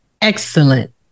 excellent